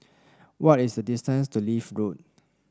what is the distance to Leith Road